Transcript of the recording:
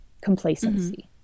complacency